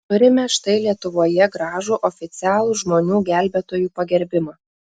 turime štai lietuvoje gražų oficialų žmonių gelbėtojų pagerbimą